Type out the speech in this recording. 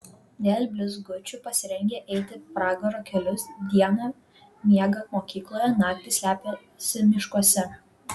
dėl blizgučių pasirengę eiti pragaro kelius dieną miega mokykloje naktį slepiasi miškuose